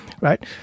right